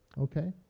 okay